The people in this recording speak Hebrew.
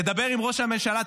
תדבר עם ראש הממשלה,